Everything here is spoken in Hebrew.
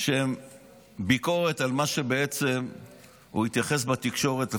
שהם ביקורת על מה שבעצם הוא התייחס אליו בתקשורת,